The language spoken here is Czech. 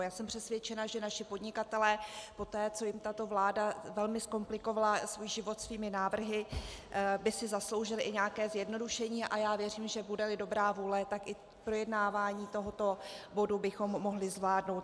Já jsem přesvědčena, že naši podnikatelé poté, co jim tato vláda velmi zkomplikovala život svými návrhy, by si zasloužili i nějaké zjednodušení, a věřím, že budeli dobrá vůle, tak i projednávání tohoto bodu bychom mohli zvládnout.